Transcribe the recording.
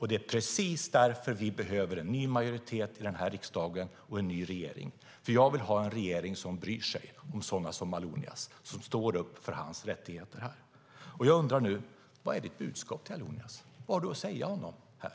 Det är precis därför vi behöver en ny majoritet här i riksdagen och en ny regering. Jag vill ha en regering som bryr sig om sådana som Allonias, som står upp för hans rättigheter här. Jag undrar nu: Vad är ditt budskap till Allonias? Vad har du att säga honom här?